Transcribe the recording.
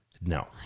No